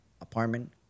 Apartment